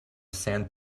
sand